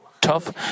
tough